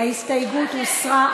ההסתייגות הוסרה.